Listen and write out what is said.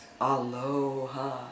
Aloha